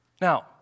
Now